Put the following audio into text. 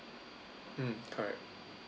mm correct